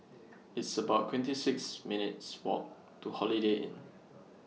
It's about twenty six minutes' Walk to Holiday Inn